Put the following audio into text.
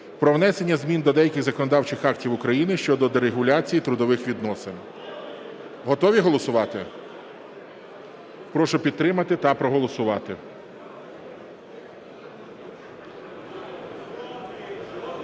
про внесення змін до деяких законодавчих актів України щодо дерегуляції трудових відносин. Готові голосувати? Прошу підтримати та проголосувати.